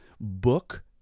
book